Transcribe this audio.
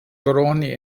droni